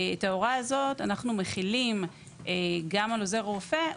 את ההוראה הזאת אנחנו מחילים גם על עוזר הרופא,